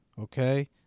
okay